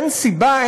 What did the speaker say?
אין סיבה,